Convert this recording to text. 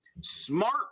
smart